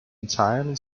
entirely